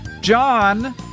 john